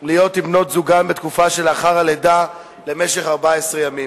להיות עם בנות-זוגם בתקופה שלאחר הלידה למשך 14 ימים.